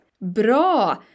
Bra